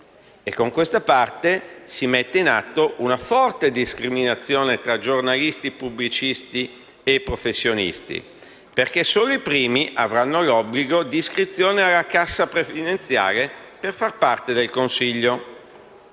E con questa parte si mette in atto una forte discriminazione tra i giornalisti pubblicisti e professionisti, perché solo i primi avranno l'obbligo di iscrizione alla cassa previdenziale per far parte del Consiglio.